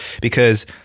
Because-